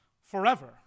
forever